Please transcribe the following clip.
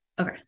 Okay